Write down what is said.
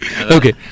Okay